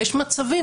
ויש מצבים,